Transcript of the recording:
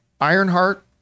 Ironheart